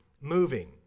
moving